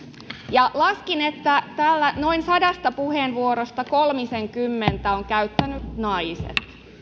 laskin että täällä noin sadasta puheenvuorosta kolmisenkymmentä ovat käyttäneet naiset